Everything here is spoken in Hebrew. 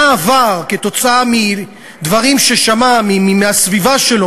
מה עבר כתוצאה מדברים ששמע מהסביבה שלו,